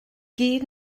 gyd